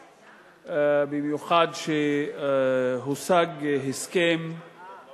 וילף, שהצעתם היא הצעה